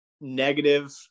negative